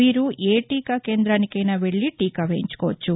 వీరు ఏ టీకా కేందానికైనా వెళ్లి టీకా వేయించుకోవచ్చు